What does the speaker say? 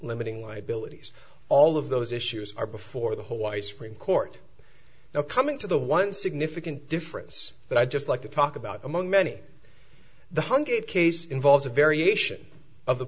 limiting liabilities all of those issues are before the hawaii supreme court now coming to the one significant difference that i just like to talk about among many the hundred case involves a variation of the